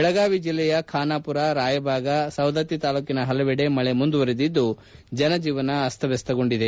ಬೆಳಗಾವಿ ಜಿಲ್ಲೆಯ ಖಾನಾಮರ ರಾಯ್ಭಾಗ್ ಸವದತ್ತಿ ತಾಲೂಕಿನ ಪಲವೆಡೆ ಮಳೆ ಮುಂದುವರೆದಿದ್ದು ಜನಜೀವನ ಅಸ್ತವ್ಯಸ್ತಗೊಂಡಿದೆ